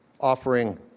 offering